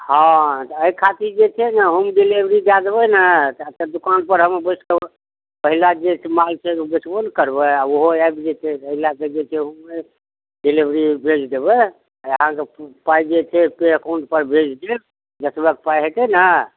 हँ तऽ अइ खातिर जे छै ने होम डिलिवरी दए देबय ने तऽ दुकानपर हम बैठके पहिला जे छै माल छै बेचबो ने करबय आओर ओहो आबि जेतय अइ लएके जे छै होमे डिलेवरी भेज देबय आओर अहाँके पाइ जे छै पे अकाउंटपर भेज देब जेतबा पाइ हेतय ने